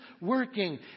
working